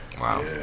wow